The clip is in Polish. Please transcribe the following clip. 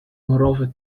morowy